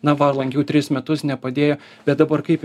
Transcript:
na va lankiau tris metus nepadėjo bet dabar kaip